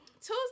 Tuesday